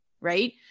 Right